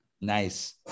Nice